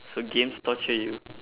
so games torture you